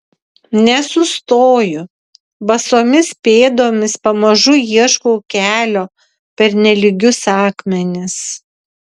nesustoju basomis pėdomis pamažu ieškau kelio per nelygius akmenis